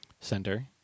Center